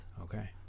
Okay